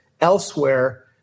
elsewhere